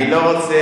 אני לא רוצה,